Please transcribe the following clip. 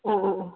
ആ ആ ആ